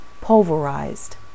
pulverized